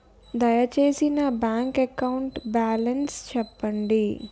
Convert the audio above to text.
దయచేసి నా bank account balance చెప్పండి